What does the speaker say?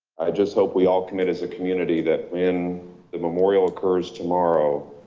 just hope we all commit as a community that when the memorial occurs tomorrow,